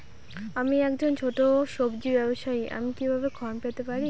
আমি একজন ছোট সব্জি ব্যবসায়ী আমি কিভাবে ঋণ পেতে পারি?